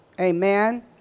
amen